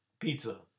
Pizza